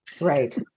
right